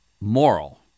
moral